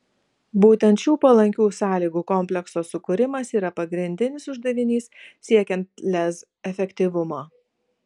būtent šių palankių sąlygų komplekso sukūrimas yra pagrindinis uždavinys siekiant lez efektyvumo